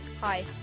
Hi